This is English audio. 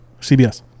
CBS